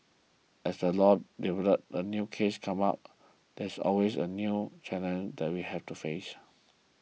as the law develops as new cases come up there are always new challenges that we have to face